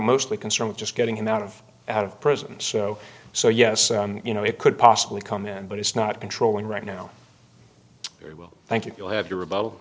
mostly concerned with just getting him out of out of prison so so yes you know it could possibly come in but it's not controlling right now well thank you you have your reb